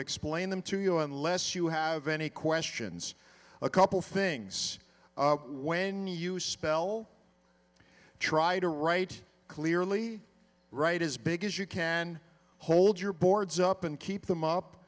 explain them to you unless you have any questions a couple things when you spell try to write clearly write as big as you can hold your boards up and keep them up